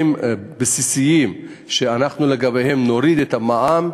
בסיסיים שאנחנו לגביהם נוריד את המע"מ,